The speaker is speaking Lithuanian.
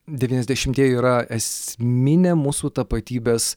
devyniasdešimtieji yra esminė mūsų tapatybės